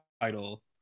title